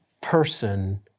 person